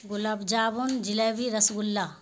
گلاب جامن جلیبی رس گلہ